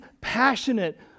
passionate